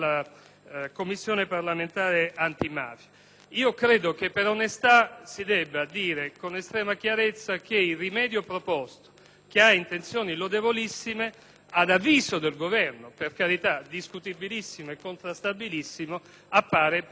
che ha intenzioni lodevolissime, ad avviso del Governo (per carità, discutibilissimo e contrastabilissimo) appare peggiore del male. Per tale ragione confermo la disponibilità nei termini prima enunciati.